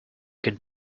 could